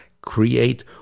create